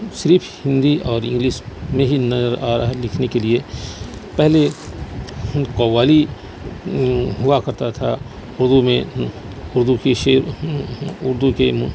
صرپھ ہندی اور انگلس میں ہی نظر آ رہا ہے لکھنے کے لیے پہلے قوالی ہوا کرتا تھا اردو میں حروفی شعر اردو کے